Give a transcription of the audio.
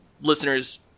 listeners